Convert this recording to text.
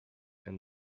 and